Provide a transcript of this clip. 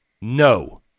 No